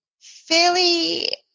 fairly